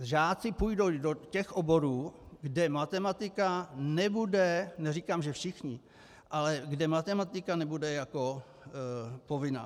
Žáci půjdou do těch oborů, kde matematika nebude, neříkám že všichni, ale kde matematika nebude jako povinná.